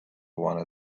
wanted